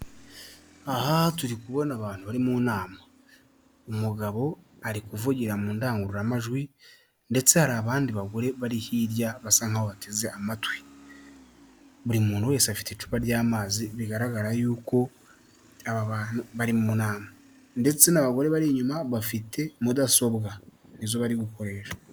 Aha turi kubona abantu bari mu nama, umugabo ari kuvugira mu ndangururamajwi ndetse hari abandi bagore bari hirya basa nkaho bateze amatwi buri muntu wese afite icupa ry'amazi bigaragara yuko bari mu nama ndetse n'abagore bari inyuma bafite mudasobwa nizo bari gukoresha.